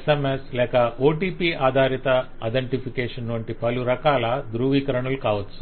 SMS లేక OTP ఆధారిత authentication వంటి పలు రకాల ధ్రువీకరణలు కావచ్చు